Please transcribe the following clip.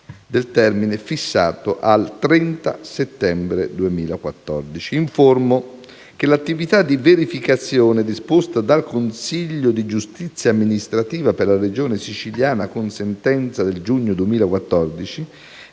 del termine fissato al 30 settembre 2014. Informo che l'attività di verificazione - disposta dal consiglio di giustizia amministrativa per la Regione siciliana con sentenza del giugno 2014